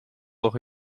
voor